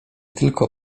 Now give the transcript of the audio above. tylko